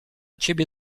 ciebie